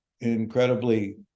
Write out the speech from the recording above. incredibly